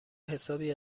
حسابی